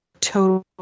total